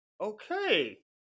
okay